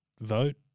vote